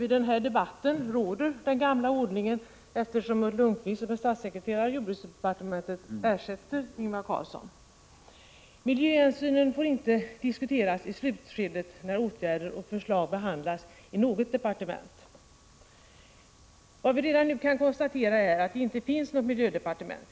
I dagens debatt råder den gamla ordningen, eftersom Ulf Lönnqvist, som är statssekreterare i jordbruksdepartementet, ersätter Ingvar Carlsson på talarlistan. Miljöhänsynen får inte diskuteras i slutskedet av behandlingen av åtgärder och förslag i något av departementen. Vad vi redan kan konstatera är att det inte blir något miljödepartement.